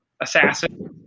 assassin